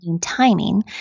timing